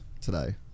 today